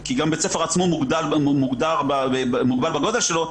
כי בית הספר עצמו מוגבל בגודל שלו,